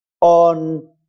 on